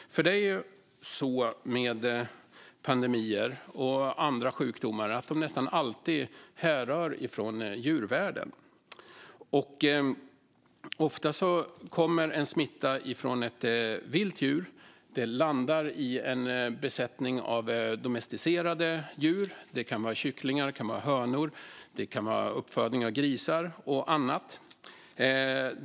Det är ju så med pandemier och andra sjukdomar att de nästan alltid härrör från djurvärlden. Ofta kommer en smitta från ett vilt djur och landar i en besättning av domesticerade djur. Det kan vara kycklingar, det kan vara hönor, det kan vara grisar och annat.